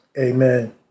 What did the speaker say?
amen